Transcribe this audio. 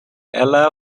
ella